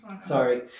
Sorry